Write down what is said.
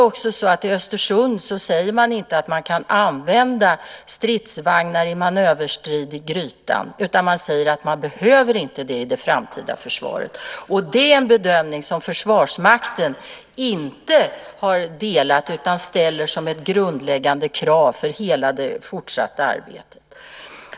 I Östersund säger man att man inte kan använda stridsvagnar i manöverstrid i Grytan, utan man säger att det inte behövs i det framtida försvaret. Det är en bedömning som inte delas av Försvarsmakten, utan det är något som man ställer som ett grundläggande krav för hela det fortsatta arbetet.